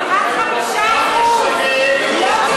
אבל אתם רק 5%. גברתי,